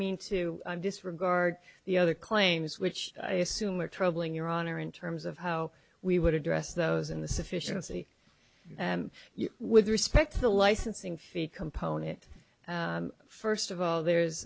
mean to disregard the other claims which i assume are troubling your honor in terms of how we would address those in the sufficiency with respect to the licensing fee component first of all there's